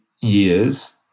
years